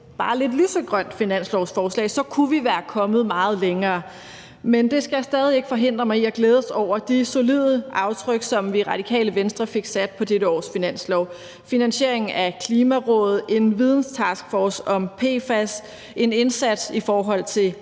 bare lidt lysegrønt finanslovsforslag, kunne vi være kommet meget længere. Men det skal stadig ikke forhindre mig i at glæde mig over de solide aftryk, som vi i Radikale Venstre fik sat på dette års finanslovsforslag. Finansieringen af Klimarådet, en videnstaskforce om PFAS, en indsats i forhold til